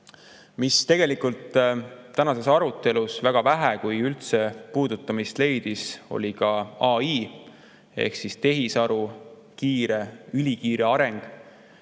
Mis tegelikult tänases arutelus väga vähe, kui üldse, puudutamist leidis, oli AI ehk tehisaru ülikiire areng.